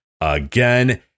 again